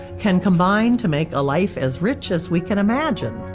can combine to make a life as rich as we can imagine.